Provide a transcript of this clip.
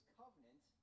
covenant